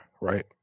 right